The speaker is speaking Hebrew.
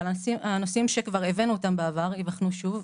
הנושאים שכבר הבאנו אותם בעבר ייבחנו שוב,